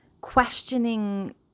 questioning